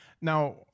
Now